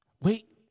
Wait